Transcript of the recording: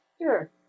sure